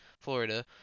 Florida